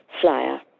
flyer